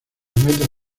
metas